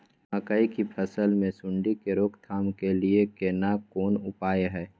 मकई की फसल मे सुंडी के रोक थाम के लिये केना कोन उपाय हय?